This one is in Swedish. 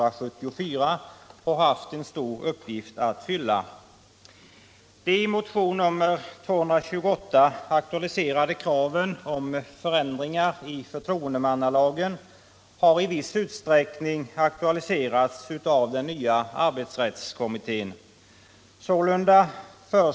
23 november 1977 De i motion nr 228 aktualiserade kraven på förändringar i förtroen demannalagen har i viss utsträckning tagits upp av den nya arbetsrätts — Facklig förtroendekommittén.